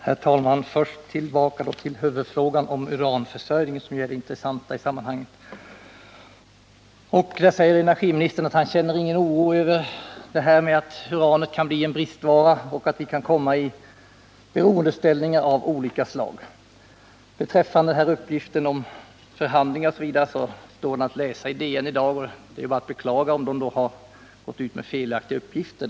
Herr talman! Först tillbaka till huvudfrågan om uranförsörjningen, som ju är det intressanta i sammanhanget. Energiministern säger att han inte känner någon oro för att uranet kan bli en bristvara och att vi på olika sätt kan komma i beroendeställning. När det gäller de uppgifter om förhandlingar som förekommit sägs det uttryckligen i DN i dag att energiministern har förhandlat med den australiske regeringsrepresentanten.